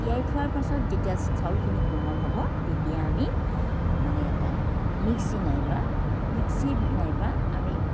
তিয়াই থোৱাৰ পাছত যেতিয়া চাউলখিনি কোমল হ'ব তেতিয়া আমি মানে এটা মিক্সি নাইবা মিক্সি নাইবা আমি